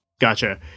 Gotcha